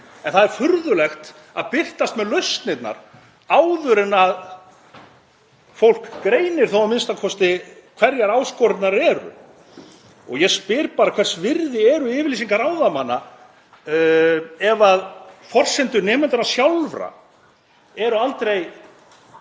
en það er furðulegt að birtast með lausnirnar áður en fólk greinir a.m.k. hverjar áskoranirnar eru. Ég spyr bara: Hvers virði eru yfirlýsingar ráðamanna ef forsendur nemendanna sjálfra eru aldrei